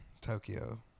Tokyo